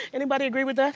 anybody agree with